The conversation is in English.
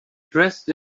dressed